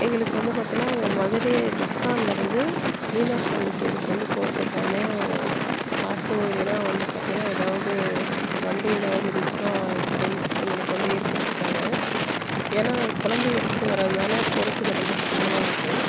எங்களுக்கு வந்து பாத்திங்ன்னா அங்கே மதுரை பஸ் ஸ்டாண்ட்லேருந்து மீனாட்சி அம்மன் கோவிலுக்கு வந்து போறதுக்கான ஆட்டோ இல்லைனா வந்து பார்த்திங்கன்னா ஏதாவது வண்டி ஏதாவது இருந்துச்சுன்னா எங்களுக்கு வந்து ஏற்படுத்தித்தாங்க ஏன்னா நாங்கள் கொழந்தைய எடுத்துட்டு வர்றதுனால போகிறத்துக்கு ரொம்ப கஷ்டமா இருக்குது